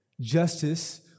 justice